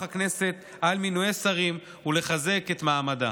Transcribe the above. הכנסת על מינויי שרים ולחזק את מעמדה.